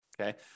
okay